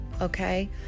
okay